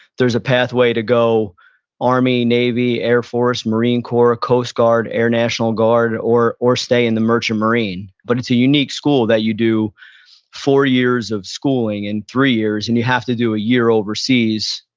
there's a pathway to go army, navy air force, marine corps, cost guard, air national guard or or stay in the merchant marine. but it's unique school that you do four years of schooling in three years, and you have to do a year overseas.